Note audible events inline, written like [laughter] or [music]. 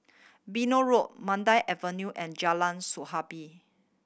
Beno Road Mandai Avenue and Jalan [unintelligible]